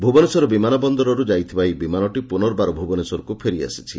ଭୁବନେଶ୍ୱର ବିମାନ ବନ୍ଦରର୍ ଯାଇଥିବା ଏହି ବିମାନଟି ପୁନର୍ବାର ଭୁବନେଶ୍ୱରକୁ ଫେରିଆସିଛି